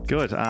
Good